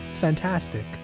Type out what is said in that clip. fantastic